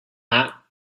out